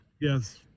Yes